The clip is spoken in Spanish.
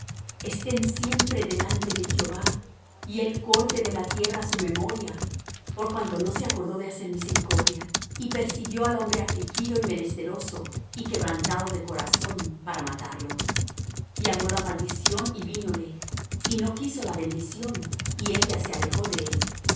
estén siempre delante de jehová y él corte de la tierra su memoria por cuanto no se acordo de hacer misericordia y persiguió al hombre afligido y menesteroso y quebrantado de corazón para matar lo y amó la maldición y vínole y no quiso la bendición y ella se alejó de él